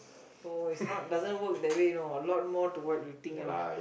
no it's not doesn't work that way you know a lot more to what you think you know